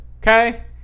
okay